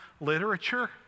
literature